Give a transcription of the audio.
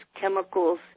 chemicals